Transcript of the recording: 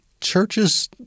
churches